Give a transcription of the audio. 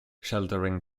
sheltering